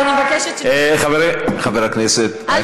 אז אני מבקשת, חברים, חבר הכנסת אייכלר.